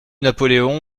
napoléon